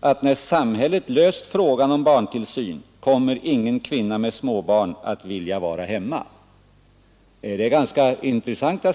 att när samhället löst frågan om barntillsyn kommer ingen kvinna med småbarn att vilja vara hemma. Dessa siffror är mycket intressanta.